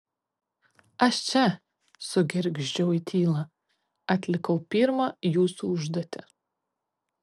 aš čia sugergždžiau į tylą atlikau pirmą jūsų užduotį